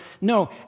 No